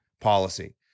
policy